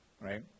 right